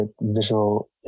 visual